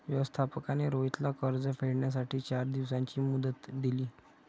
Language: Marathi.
व्यवस्थापकाने रोहितला कर्ज फेडण्यासाठी चार दिवसांची मुदत दिली